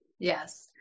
Yes